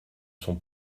son